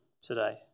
today